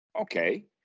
Okay